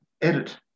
edit